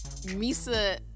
Misa